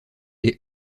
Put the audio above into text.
les